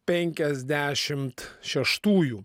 penkiasdešimt šeštųjų